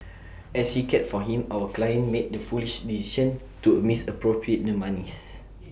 as she cared for him our client made the foolish decision to misappropriate the monies